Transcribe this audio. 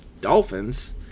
Dolphins